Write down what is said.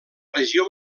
regió